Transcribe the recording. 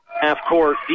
half-court